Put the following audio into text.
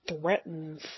threatens